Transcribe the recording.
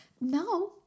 No